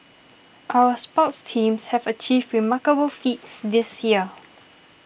our sports teams have achieved remarkable feats this year